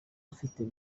afite